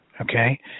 okay